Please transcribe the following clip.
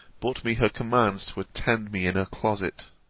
brought me her commands to attend me in her closet.